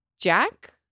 Jack